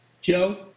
Joe